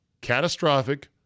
catastrophic